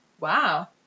Wow